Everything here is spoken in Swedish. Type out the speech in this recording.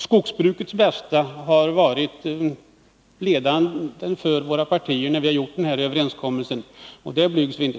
Skogsbrukets bästa har varit ledande för våra partier när vi gjort denna överenskommelse.